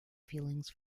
feelings